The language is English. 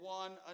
one